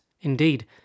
Indeed